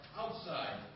outside